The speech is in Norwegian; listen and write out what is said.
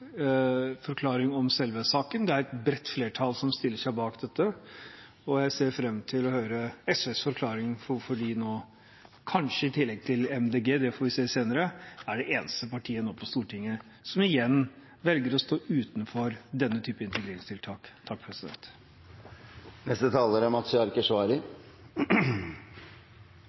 forklaring om selve saken. Det er et bredt flertall som stiller seg bak dette, og jeg ser fram til å få høre SVs forklaring på hvorfor de – kanskje i tillegg til Miljøpartiet De Grønne, det får vi se senere – igjen er det eneste partiet på Stortinget som velger å stå utenfor denne typen integreringstiltak.